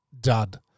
Dud